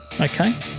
Okay